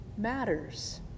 Matters